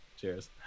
cheers